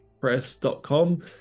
Press.com